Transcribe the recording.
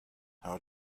how